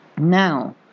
Now